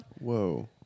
Whoa